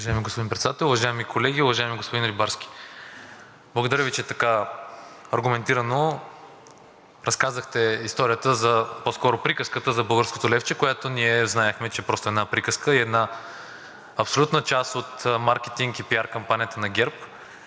Уважаеми господин Председател, уважаеми колеги! Уважаеми господин Рибарски, благодаря Ви, че така аргументирано разказахте историята, по-скоро приказката, за българското левче, която ние знаехме, че е една приказка и една абсолютна част от маркетинг и пиар кампанията на ГЕРБ-СДС.